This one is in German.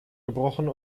gebrochen